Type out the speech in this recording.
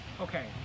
Okay